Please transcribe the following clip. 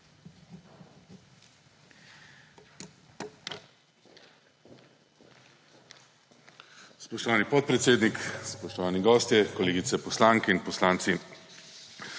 Spoštovani podpredsednik, spoštovani gostje, kolegice poslanke in kolegi